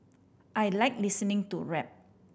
I like listening to rap